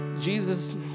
Jesus